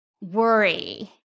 worry